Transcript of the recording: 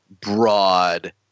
broad